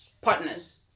partners